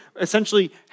essentially